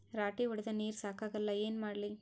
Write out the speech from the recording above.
ರಾಟಿ ಹೊಡದ ನೀರ ಸಾಕಾಗಲ್ಲ ಏನ ಮಾಡ್ಲಿ?